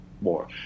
more